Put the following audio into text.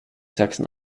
sachsen